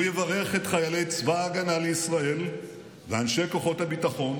הוא יברך את חיילי צבא ההגנה לישראל ואנשי כוחות הביטחון,